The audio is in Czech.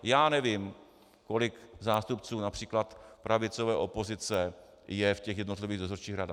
Já nevím, kolik zástupců např. pravicové opozice je v těch jednotlivých dozorčích radách.